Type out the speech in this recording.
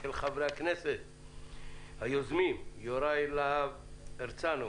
של חברי הכנסת היוזמים יוראי להב הרצנו,